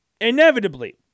Inevitably